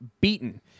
beaten